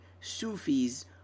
Sufis